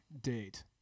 date